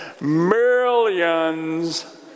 Millions